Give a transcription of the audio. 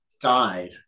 died